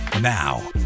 Now